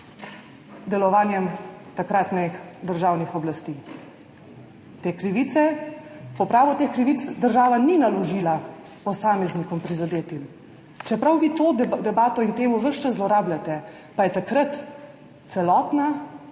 delovanjem takratnih državnih oblasti. Te krivice, popravo teh krivic, država ni naložila prizadetim posameznikom, čeprav vi to debato in temo ves čas zlorabljate, pa je takrat celoten